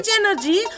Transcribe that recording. energy